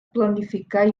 planificar